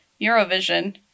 Eurovision